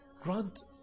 grant